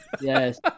Yes